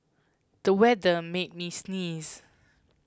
the weather made me sneeze